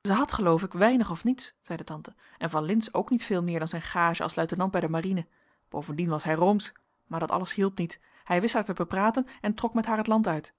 zij had geloof ik weinig of niets zeide tante en van lintz ook niet veel meer dan zijn gage als luitenant bij de marine bovendien was hij roomsch maar dat alles hielp niet hij wist haar te bepraten en trok met haar het land uit